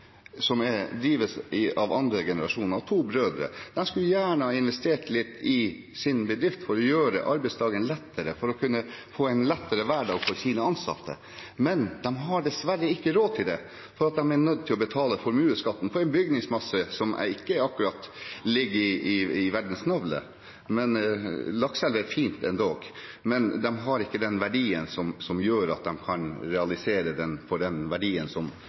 som drives av andre generasjon, av to brødre, skulle gjerne ha investert litt i sin bedrift for å gjøre arbeidsdagen lettere, for å kunne få en lettere hverdag for sine ansatte. Men de har dessverre ikke råd til det, for de er nødt til å betale formuesskatt på en bygningsmasse som ikke akkurat ligger i verdens navle. Lakselv er fint endog, men de har ikke den verdien som gjør at de kan realisere den for den verdien